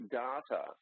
data